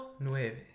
Nueve